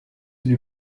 lui